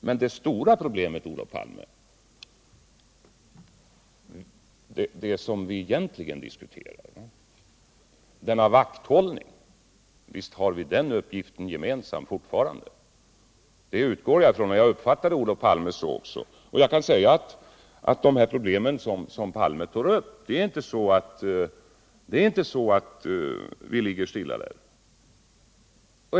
Men det stora problemet, Olof Palme, som vi egentligen diskuterar, denna vakthållning — visst har vi den uppgiften gemensamt fortfarande. Det utgår jag från, och jag uppfattade också Olof Paime så. När det gäller de problem som Olof Palme tog upp så ligger vi inte stilla.